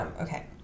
okay